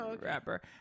rapper